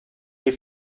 des